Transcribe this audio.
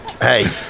hey